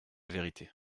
vérité